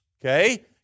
okay